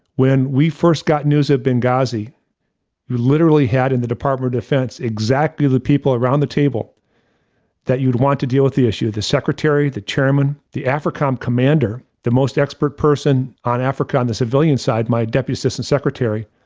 when we first got news of benghazi, we literally had in the department offense, exactly the people around the table that you'd want to deal with the issue the secretary, the chairman, the africom commander, the most expert person on africa on the civilian side, my deputy assistant secretary,